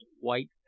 white